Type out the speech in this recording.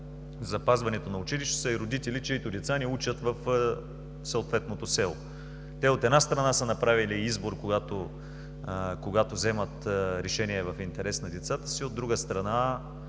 запазването на училището са включително и родители, чийто деца не учат в съответното село. Те, от една страна, са направили избор, когато вземат решение в интерес на децата си, от друга страна,